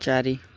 ଚାରି